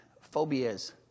phobias